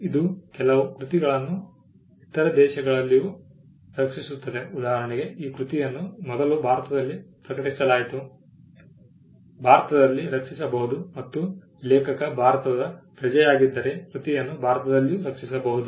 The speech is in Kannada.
ಇದು ಕೆಲವು ಕೃತಿಗಳನ್ನು ಇತರ ದೇಶಗಳಲ್ಲಿಯೂ ರಕ್ಷಿಸುತ್ತದೆ ಉದಾಹರಣೆಗಾಗಿ ಈ ಕೃತಿಯನ್ನು ಮೊದಲು ಭಾರತದಲ್ಲಿ ಪ್ರಕಟಿಸಲಾಯಿತು ಭಾರತದಲ್ಲಿ ರಕ್ಷಿಸಬಹುದು ಮತ್ತು ಲೇಖಕ ಭಾರತದ ಪ್ರಜೆಯಾಗಿದ್ದರೆ ಕೃತಿಯನ್ನು ಭಾರತದಲ್ಲಿಯೂ ರಕ್ಷಿಸಬಹುದು